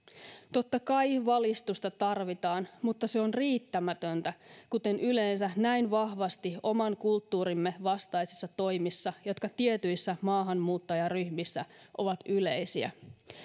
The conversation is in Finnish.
totta kai valistusta tarvitaan mutta se on riittämätöntä kuten yleensä näin vahvasti oman kulttuurimme vastaisissa toimissa jotka tietyissä maahanmuuttajaryhmissä ovat yleisiä